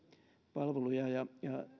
palveluja ja